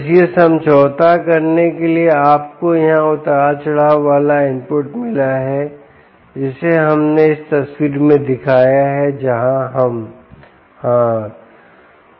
बस यह समझौता करने के लिए कि आपको यहां उतार चढ़ाव वाला इनपुट मिला है जिसे हमने इस तस्वीर में दिखाया है जहां हम हाँ